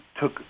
took